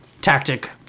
tactic